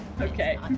Okay